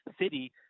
City